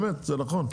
באמת, זה נכון.